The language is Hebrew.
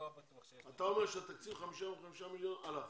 אני לא בטוח שיש לי תשובה --- אתה אומר שהתקציב 55 מיליון הלך,